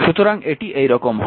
সুতরাং এটি এই রকম হবে